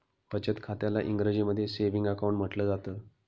बचत खात्याला इंग्रजीमध्ये सेविंग अकाउंट म्हटलं जातं